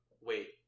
wait